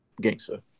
gangster